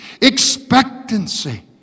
Expectancy